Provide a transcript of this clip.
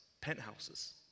penthouses